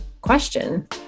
question